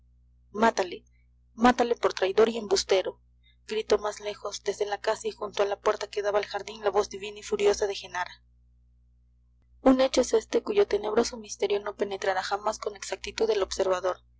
mátale mátale por traidor y embustero gritó más lejos desde la casa y junto a la puerta que daba al jardín la voz divina y furiosa de genara un hecho es este cuyo tenebroso misterio no penetrará jamás con exactitud el observador